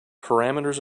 parameters